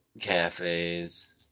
cafes